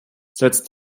setzt